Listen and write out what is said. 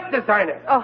designer